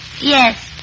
yes